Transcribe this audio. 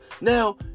Now